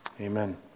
amen